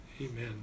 Amen